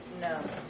No